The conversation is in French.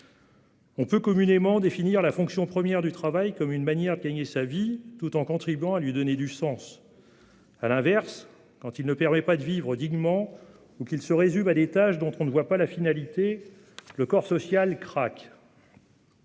On peut communément définir la fonction première du travail comme une manière de gagner sa vie tout en contribuant à lui donner du sens. À l'inverse, quand le travail ne permet pas de vivre dignement ou qu'il se résume à des tâches dont on n'aperçoit pas la finalité, le corps social craque.